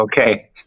Okay